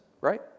right